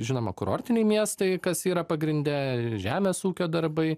žinoma kurortiniai miestai kas yra pagrinde žemės ūkio darbai